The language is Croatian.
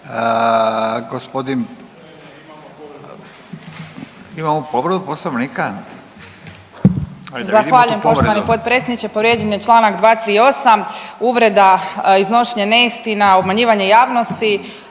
tu povredu. **Radolović, Sanja (SDP)** Zahvaljujem poštovani potpredsjedniče, povrijeđen je čl. 238, uvreda, iznošenje neistina, obmanjivanje javnosti.